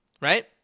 right